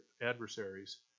adversaries